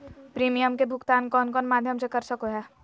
Premium के भुक्तान कौन कौन माध्यम से कर सको है?